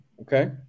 Okay